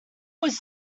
was